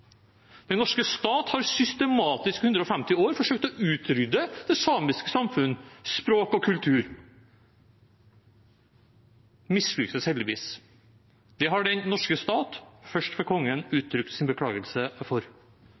Den norske stat har systematisk i 150 år forsøkt å utrydde det samiske samfunn, språket og kulturen. Det mislyktes heldigvis. Det har den norske stat, først ved Kongen, uttrykt sin beklagelse for.